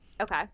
okay